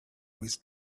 with